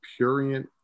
purient